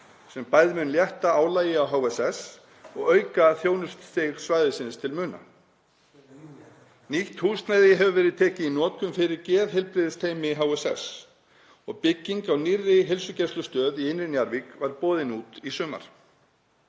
sem bæði mun létta álagi af HSS og auka þjónustustig svæðisins til muna. Nýtt húsnæði hefur verið tekið í notkun fyrir geðheilbrigðisteymi HSS og bygging á nýrri heilsugæslustöð í Innri-Njarðvík var boðin út í sumar.